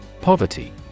Poverty